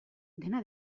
dena